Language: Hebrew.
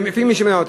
ולפי מי שמינה אותם,